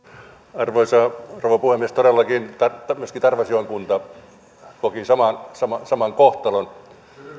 arvoisa rouva puhemies todellakin myös tarvasjoen kunta koki saman saman kohtalon